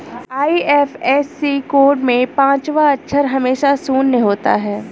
IFSC code में पांचवा अक्षर हमेशा शून्य होता है